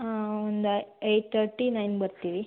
ಹಾಂ ಒಂದು eight thirty nine ಬರುತ್ತೀವಿ